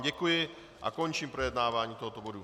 Děkuji vám a končím projednávání tohoto bodu.